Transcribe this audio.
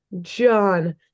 john